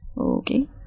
Okay